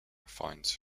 finds